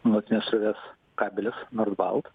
nuolatinės srovės kabelis nord balt